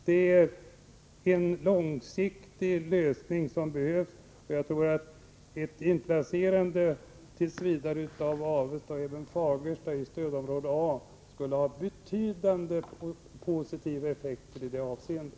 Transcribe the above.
Det är en långsiktig lösning som behövs, och jag tror att ett inplacerande tills vidare av Avesta, och även av Fagersta, i stödområde A skulle ha betydande positiva effekter i det avseendet.